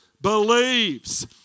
believes